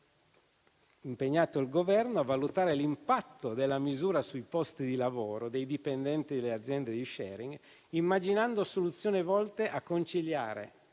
impegnato il Governo a valutare l'impatto della misura sui posti di lavoro delle aziende di *sharing*, immaginando soluzioni volte a conciliare